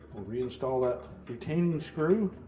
we'll reinstall that retaining the screw.